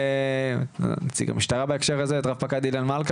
את רב פקד אילן מלכא,